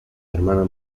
hermano